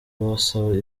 basaba